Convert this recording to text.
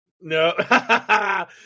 No